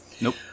Nope